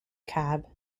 cab